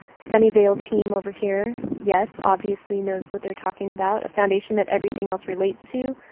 sunnyvale team over here. yes, obviously knows what they're talking about. a foundation that everything else relates to.